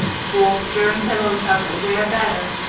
bolster and pillow tucks wear better,